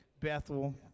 Bethel